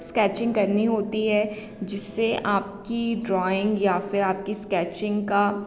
sketching करनी होती है जिससे आपकी ड्राॅइंग या फ़िर आपकी स्कैचिंग का